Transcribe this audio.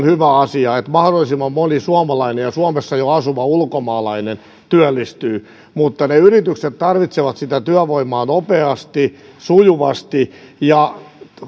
hyvä asia että mahdollisimman moni suomalainen ja suomessa jo asuva ulkomaalainen työllistyy mutta ne yritykset tarvitsevat sitä työvoimaa nopeasti ja sujuvasti ja